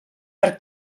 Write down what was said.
per